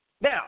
Now